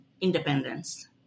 independence